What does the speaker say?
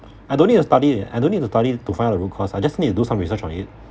I don't need to study I don't need to study to find out the root cause I just need to do some research on it